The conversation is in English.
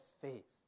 faith